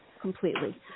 completely